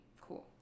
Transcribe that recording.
cool